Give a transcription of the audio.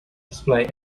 display